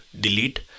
delete